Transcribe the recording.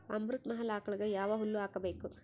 ಅಮೃತ ಮಹಲ್ ಆಕಳಗ ಯಾವ ಹುಲ್ಲು ಹಾಕಬೇಕು?